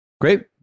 great